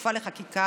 כחלופה לחקיקה